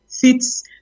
fits